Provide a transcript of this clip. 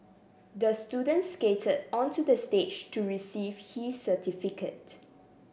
the student skated onto the stage to receive his certificate